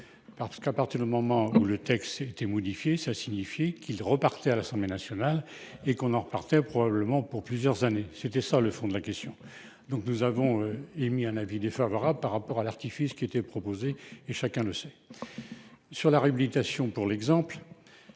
Parce qu'à partir du moment où le texte été modifié. Ça signifie qu'il repartait à l'Assemblée nationale et qu'on en repartait probablement pour plusieurs années. C'était ça le fond de la question. Donc nous avons émis un avis défavorable par rapport à l'artifice qui étaient proposés et chacun le sait. Sur la réhabilitation pour l'exemple.